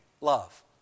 love